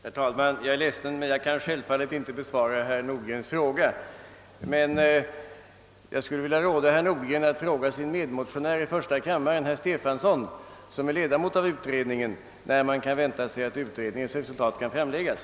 Herr talman! Jag är ledsen, men jag kan självfallet inte besvara herr Nordgrens fråga. Jag skulle vilja uppmana herr Nordgren att i stället fråga sin medmotionär, herr Stefanson i första kammaren tillika ledamot av utredningen, när man kan vänta sig att utredningsresultatet kan framläggas.